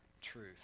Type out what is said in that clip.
truth